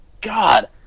god